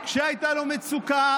כשהייתה לו מצוקה,